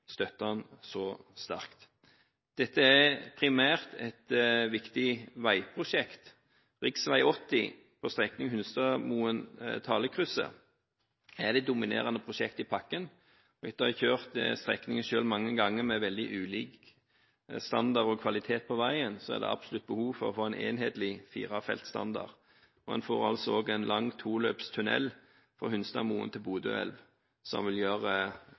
så sterkt. Dette er primært et viktig veiprosjekt. Strekningen Hunstadmoen–Thallekrysset på rv. 80 er det dominerende prosjektet i pakken. Etter å ha kjørt strekningen selv mange ganger – med veldig ulik standard og kvalitet på veien – ser jeg absolutt et behov for å få en enhetlig firefeltsstandard. En får altså også en lang toløpstunnel fra Hunstadmoen til Bodøelv, noe som vil gjøre